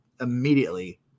immediately